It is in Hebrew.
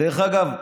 דרך אגב,